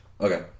Okay